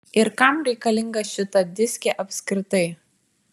ir kam reikalinga šita diskė apskritai